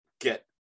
get